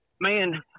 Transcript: Man